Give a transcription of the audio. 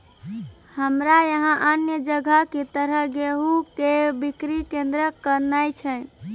हमरा यहाँ अन्य जगह की तरह गेहूँ के बिक्री केन्द्रऽक नैय छैय?